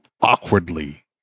awkwardly